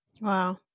Wow